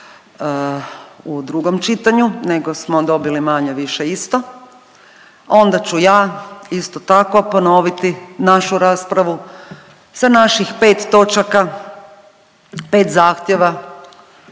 u drugom čitanju, nego smo dobili manje-više isto. Onda ću ja isto tako ponoviti našu raspravu sa naših 5 točaka, 5 zahtjeva